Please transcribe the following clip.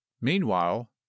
Meanwhile